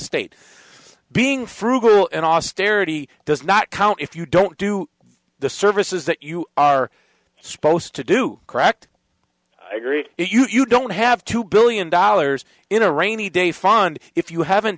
state being frugal and austerity does not count if you don't do the services that you are supposed to do correct agreed you don't have two billion dollars in a rainy day fund if you haven't